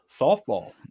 softball